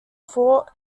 fort